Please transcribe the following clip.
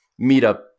meetup